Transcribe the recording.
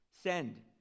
send